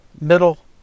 middle